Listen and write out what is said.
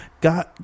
God